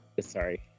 sorry